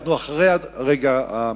אנחנו אחרי הרגע המשמעותי.